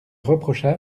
reprocha